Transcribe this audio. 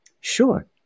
Sure